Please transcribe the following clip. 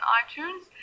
iTunes